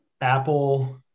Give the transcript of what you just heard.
Apple